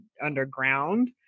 underground